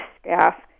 staff